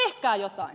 tehkää jotain